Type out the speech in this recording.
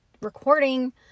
recording